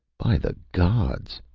by the gods,